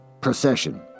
Procession